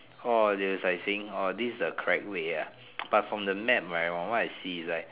orh they is like saying orh this is the correct way ah but from the map right from what I see is like